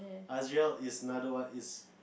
is another one is